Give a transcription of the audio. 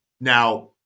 Now